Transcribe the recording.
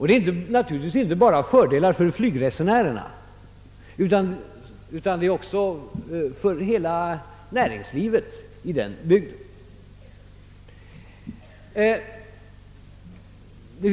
Det innebär fördelar inte bara för flygresenärerna utan för hela näringslivet i den bygden.